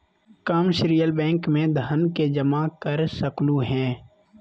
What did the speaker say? commercial bank में धन के जमा कर सकलु हें